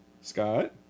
Scott